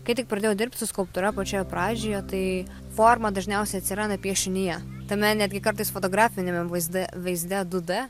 kai tik pradėjau dirbt su skulptūra pačioje pradžioje tai forma dažniausiai atsiranda piešinyje tame netgi kartais fotografiniame vaizde vaizde du d